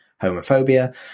homophobia